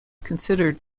considered